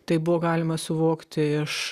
tai buvo galima suvokti iš